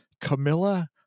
camilla